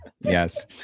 Yes